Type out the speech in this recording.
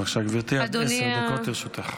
בבקשה, גברתי, עד עשר דקות לרשותך.